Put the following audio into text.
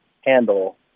handle